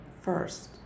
first